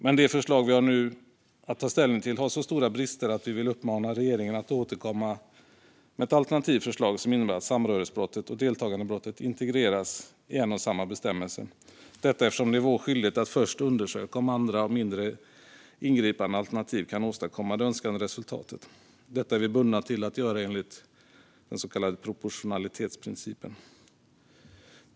Men det förslag vi nu har att ta ställning till har så stora brister att vi vill uppmana regeringen att återkomma med ett alternativt förslag som innebär att samröresbrottet och deltagandebrottet integreras i en och samma bestämmelse, detta eftersom det är vår skyldighet att först undersöka om andra, mindre ingripande alternativ kan åstadkomma det önskade resultatet. Det är vi bundna till att göra enligt den så kallade proportionalitetsprincipen.